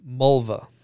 Mulva